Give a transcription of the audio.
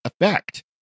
effect